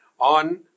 On